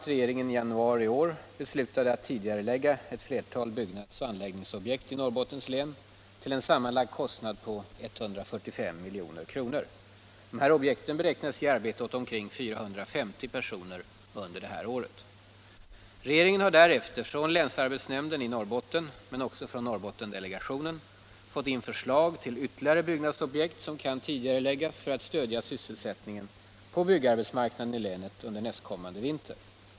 Regeringen har därefter från länsarbetsnämnden i Norrbotten, liksom också från Norrbottendelegationen, fått in förslag till ytterligare byggnadsobjekt, som kan tidigareläggas för att stödja sysselsättningen på byggarbetsmarknaden i länet under nästkommande vinter.